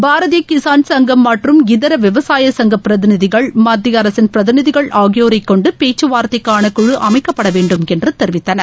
பாரதிய கிசான் சங்கம் மற்றும் இதர விவசாய சங்க பிரதிநிதிகள் மத்திய அரசின் பிரதிநிதிகள் ஆகியோரை கொண்டு பேச்சுவார்த்தைக்கான குழு அமைக்கப்பட வேண்டும் என்று தெரிவித்தனர்